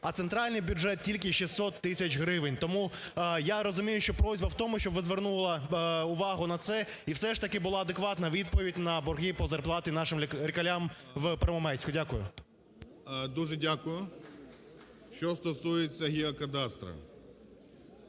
а центральний бюджет тільки 600 тисяч гривень. Тому я розумію, що прохання в тому, щоб ви звернули увагу на це і все ж таки була адекватна відповідь на борги по зарплаті нашим лікарям в Первомайську. Дякую. 11:05:06 ГРОЙСМАН В.Б. Дуже дякую. Що стосується геокадастру,